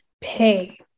pay